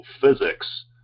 physics